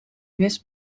nis